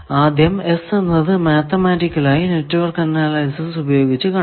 ആദ്യം S എന്നത് mathematical ആയി നെറ്റ്വർക്ക് അനാലിസിസ് ഉപയോഗിച്ച് കണ്ടെത്തി